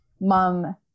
mom